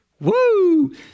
Woo